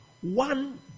one